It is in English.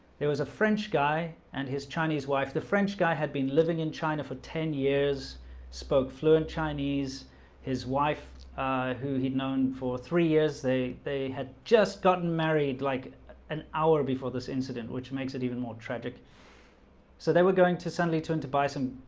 there was a french guy and his chinese wife the french guy had been living in china for ten years spoke fluent chinese his wife who he'd known for three years? they they had just gotten married like an hour before this incident which makes it even more tragic so they were going to send lee to him and to buy some,